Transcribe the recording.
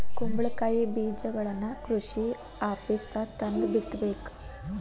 ಕುಂಬಳಕಾಯಿ ಬೇಜಗಳನ್ನಾ ಕೃಷಿ ಆಪೇಸ್ದಾಗ ತಂದ ಬಿತ್ತಬೇಕ